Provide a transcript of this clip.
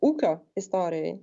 ūkio istorijoj